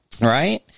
right